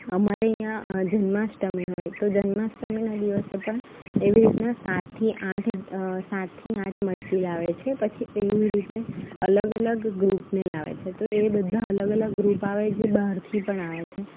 અમારે અહીંયાં જન્માષ્ટમી હોય તો જન્માષ્ટમીના દિવસે પણ એવી રીતના સાતથી આઠ સાતથી આઠ મટકી લાવે છે પછી એવી રીતે અલગ અલગ ગ્રૂપને લાવે છે તો એ બધા અલગ અલગ ગ્રૂપ આવે જે બહારથી પણ આવે છે